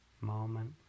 moment